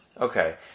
okay